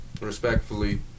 respectfully